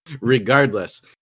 Regardless